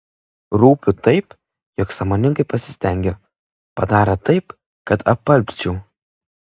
rūpiu taip jog sąmoningai pasistengė padarė taip kad apalpčiau